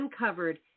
uncovered